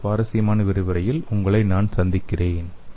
மற்றொரு சுவாரசியமான விரிவுரையில் உங்களை நான் சந்திக்கிறேன்